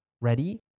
Ready